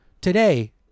today